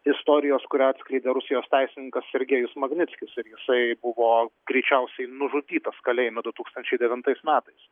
istorijos kurią atskleidė rusijos teisininkas sergejus magnickis ir jisai buvo greičiausiai nužudytas kalėjime du tūkstančiai devintais metais